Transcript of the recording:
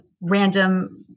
random